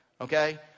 okay